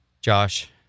Josh